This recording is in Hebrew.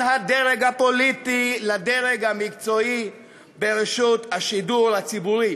הדרג הפוליטי לדרג המקצועי ברשות השידור הציבורי,